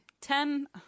Ten